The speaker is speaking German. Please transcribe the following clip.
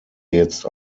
jetzt